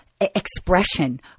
expression